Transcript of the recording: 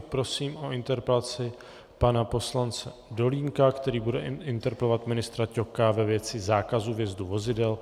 Prosím o interpelaci pana poslance Dolínka, který bude interpelovat ministra Ťoka ve věci zákazu vjezdu vozidel.